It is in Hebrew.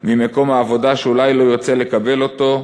ממקום העבודה שאולי לא ירצה לקבל אותו,